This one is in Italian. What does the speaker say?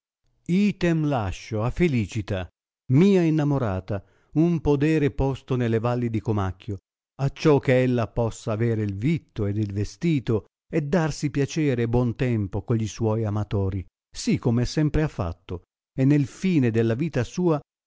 item lascio a felicita mia innamorata un podere posto nelle valli di comacchio acciò che ella possa avere il vitto ed il vestito e darsi piacere e buon tempo con gli suoi amatori sì come sempre ha fatto e nel tìne della vita sua